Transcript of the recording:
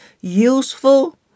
useful